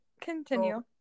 Continue